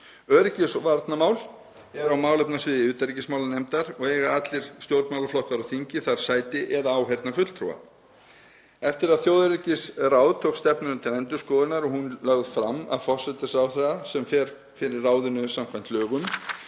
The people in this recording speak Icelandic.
Öryggis- og varnarmál eru á málefnasviði utanríkismálanefndar og eiga allir stjórnmálaflokkar á þingi þar sæti eða áheyrnarfulltrúa. Eftir að þjóðaröryggisráð tók stefnuna til endurskoðunar var hún lögð fram af forsætisráðherra sem fer fyrir ráðinu samkvæmt lögum.